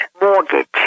mortgage